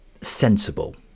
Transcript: sensible